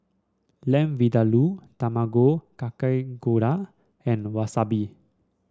Lamb Vindaloo Tamago Kake Gohan and Wasabi